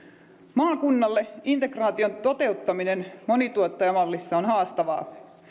maakunnalle integraation toteuttaminen on monituottajamallissa haastavaa